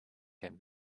can